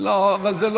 מאחר שגם